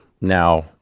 now